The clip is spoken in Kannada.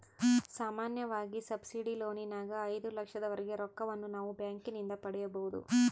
ಸಾಮಾನ್ಯವಾಗಿ ಸಬ್ಸಿಡಿ ಲೋನಿನಗ ಐದು ಲಕ್ಷದವರೆಗೆ ರೊಕ್ಕವನ್ನು ನಾವು ಬ್ಯಾಂಕಿನಿಂದ ಪಡೆಯಬೊದು